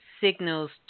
signals